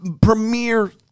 premier